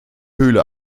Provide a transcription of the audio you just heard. höhle